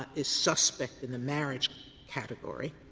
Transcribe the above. is suspect in the marriage category,